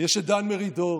יש את דן מרידור,